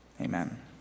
Amen